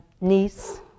niece